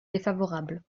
défavorable